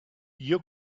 you